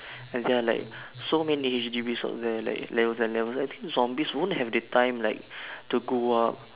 ya they are like so many H_D_Bs o~ that are like levels and levels I think zombies won't have the time like to go up